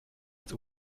als